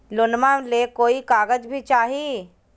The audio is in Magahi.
लोनमा ले कोई कागज भी चाही?